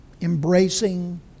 embracing